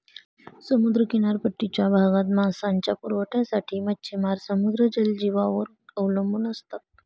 समुद्र किनारपट्टीच्या भागात मांसाच्या पुरवठ्यासाठी मच्छिमार समुद्री जलजीवांवर अवलंबून असतात